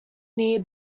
near